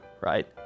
right